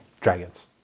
Dragons